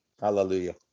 Hallelujah